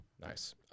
Nice